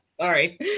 Sorry